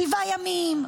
שבעה ימים,